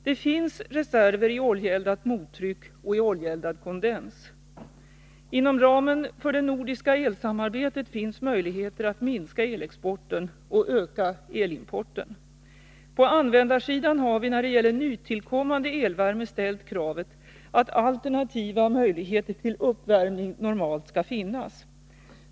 Det finns reserver i oljeeldat mottryck och i oljeeldad kondens. Inom ramen för det nordiska elsamarbetet finns möjligheter att minska elexporten och öka elimporten. På användarsidan har vi när det gäller nytillkommande elvärme ställt kravet att alternativa möjligheter till uppvärmning normalt skall finnas.